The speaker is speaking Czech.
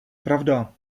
pravda